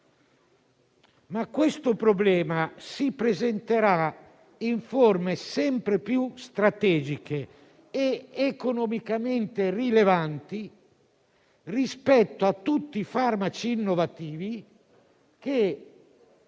attività, perché si presenterà in forme sempre più strategiche ed economicamente rilevanti rispetto a tutti i farmaci innovativi che